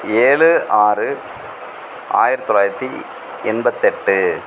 ஏழு ஆறு ஆயிரத்தி தொள்ளாயிரத்தி எண்பத்தெட்டு